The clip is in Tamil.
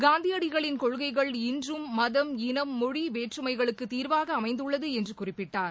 காந்தியடிகளின் கொள்கைகள் இன்றும் மதம் இனம் மொழி வேற்றுமைகளுக்கு தீர்வாக அமைந்துள்ளது என்று குறிப்பிட்டார்